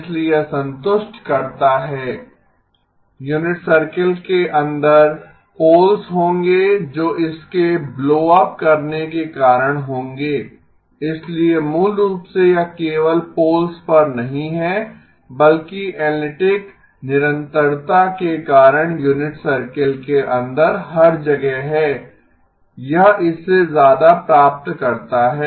इसलिए यह संतुष्ट करता है यूनिट सर्कल के अंदर पोल्स होंगे जो इसके ब्लो अप करने के कारण होंगें इसलिए मूल रूप से यह केवल पोल्स पर नहीं है बल्कि एनालिटिक निरंतरता के कारण यूनिट सर्कल के अंदर हर जगह हैं यह इससे ज्यादा प्राप्त करता है